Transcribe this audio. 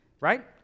Right